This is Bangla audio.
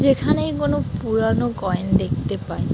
যেখানেই কোনো পুরানো কয়েন দেখতে পাই